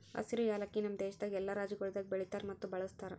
ಹಸಿರು ಯಾಲಕ್ಕಿ ನಮ್ ದೇಶದಾಗ್ ಎಲ್ಲಾ ರಾಜ್ಯಗೊಳ್ದಾಗ್ ಬೆಳಿತಾರ್ ಮತ್ತ ಬಳ್ಸತಾರ್